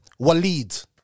Waleed